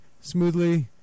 smoothly